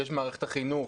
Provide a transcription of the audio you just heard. שיש במערכת החינוך,